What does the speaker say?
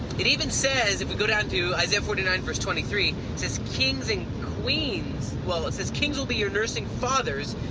it even says, if you go down to isaiah forty nine verse twenty three, it says, kings and queens. well, it says kings will be your nursing fathers,